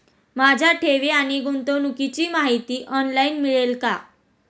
माझ्या ठेवी आणि गुंतवणुकीची माहिती ऑनलाइन मिळेल का?